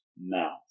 mouth